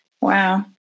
Wow